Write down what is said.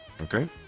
Okay